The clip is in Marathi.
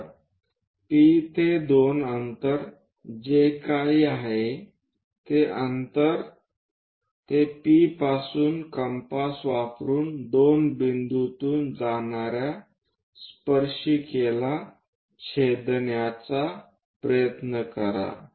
तर P ते 2 अंतर जे काही आहे ते अंतर ते P पासून कम्पास वापरुन 2 बिंदूतून जाणाऱ्या स्पर्शिकेला छेदण्याचा प्रयत्न करा